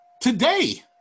today